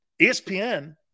ESPN